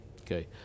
Okay